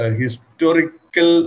historical